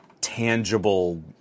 tangible